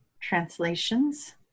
translations